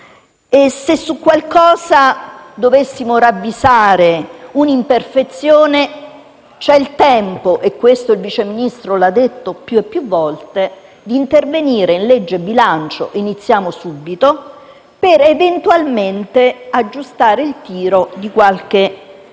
Se su qualcosa dovessimo ravvisare un'imperfezione, c'è il tempo - e questo il Vice Ministro l'ha detto più volte - di intervenire in legge di bilancio (iniziamo subito) per, eventualmente, aggiustare il tiro di qualche norma: